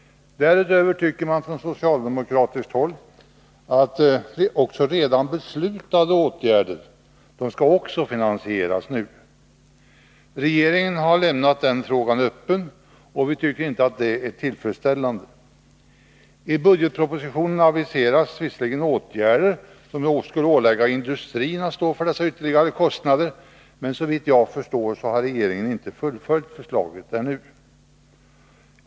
Dessutom anser vi på socialdemokratiskt håll att också redan beslutade åtgärder skall finansieras nu. Regeringen har lämnat den frågan öppen, vilket vi inte tycker är tillfredsställande. I budgetpropositionen aviseras visserligen åtgärder som skulle ålägga industrin att stå för dessa ytterligare kostnader, men såvitt jag förstår har regeringen inte fullföljt förslaget ännu.